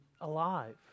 alive